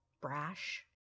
brash